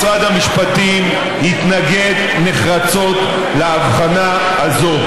משרד המשפטים התנגד נחרצות להבחנה הזו,